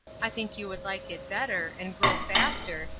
i think you would like it better, and grow faster,